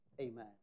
Amen